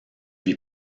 lui